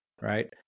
Right